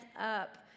up